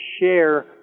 share